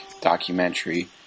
documentary